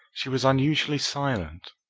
she was unusually silent.